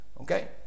Okay